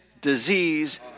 disease